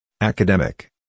academic